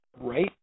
right